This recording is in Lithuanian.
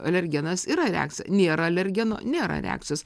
alergenas yra reakcija nėra alergeno nėra reakcijos